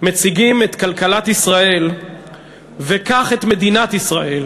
מציגים את כלכלת ישראל וכך את מדינת ישראל